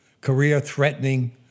career-threatening